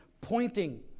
pointing